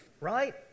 right